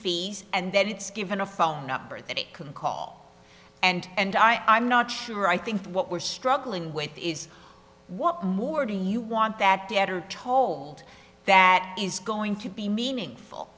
fees and then it's given a phone number that it can call and and i i'm not sure i think what we're struggling with is what more do you want that the editor told that is going to be meaningful